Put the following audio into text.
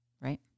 Right